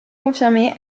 confirmé